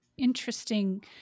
interesting